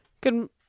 Good